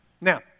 Now